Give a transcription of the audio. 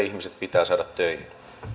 ihmiset pitää saada töihin